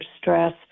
stress